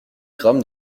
grammes